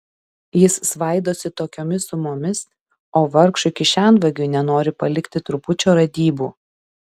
jis svaidosi tokiomis sumomis o vargšui kišenvagiui nenori palikti trupučio radybų